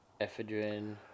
ephedrine